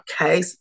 okay